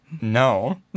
no